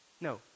No